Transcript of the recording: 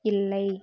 இல்லை